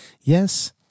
Yes